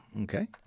Okay